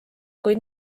kuid